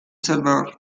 salvador